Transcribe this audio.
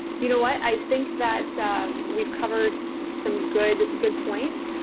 you know what i think that we've covered some good, good points,